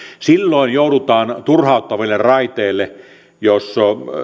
silloin joudutaan turhauttaville raiteille jos